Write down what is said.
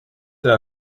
see